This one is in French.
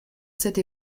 cette